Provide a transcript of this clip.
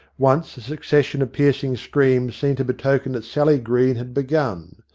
once a succession of piercing screams seemed to betoken that sally green had begun.